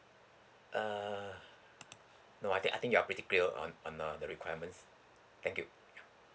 err no I think I think you are pretty clear on on uh the requirements thank you